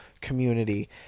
community